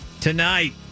tonight